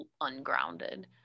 ungrounded